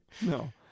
No